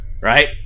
right